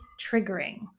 triggering